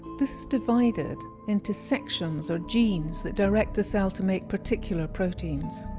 this is divided into sections or genes that direct the cell to make particular proteins.